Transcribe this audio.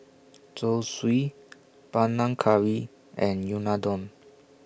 Zosui Panang Curry and Unadon